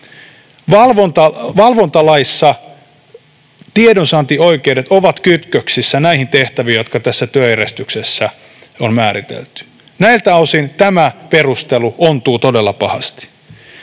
Valvontalaissa tiedonsaantioikeudet ovat kytköksissä näihin tehtäviin, jotka tässä työjärjestyksessä on määritelty. Näiltä osin tämä perustelu ontuu todella pahasti.